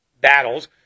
battles